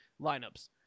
lineups